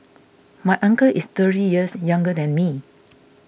my uncle is thirty years younger than me